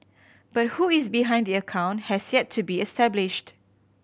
but who is behind the account has yet to be established